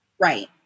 Right